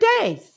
days